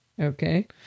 Okay